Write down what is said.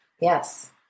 yes